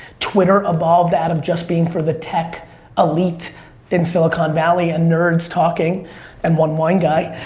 twitter evolved out of just being for the tech elite in silicon valley and nerds talking and one wine guy.